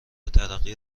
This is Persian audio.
ترقی